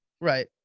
Right